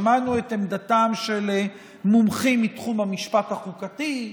שמענו את עמדתם של מומחים מתחום המשפט החוקתי,